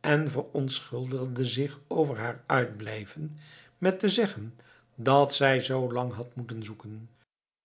en verontschuldigde zich over haar uitblijven met te zeggen dat zij zoo lang had moeten zoeken